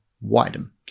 widen